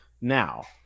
Now